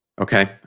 Okay